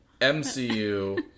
MCU